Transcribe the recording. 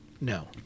No